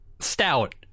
stout